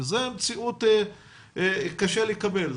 שזה מציאות קשה לקבל,